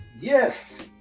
yes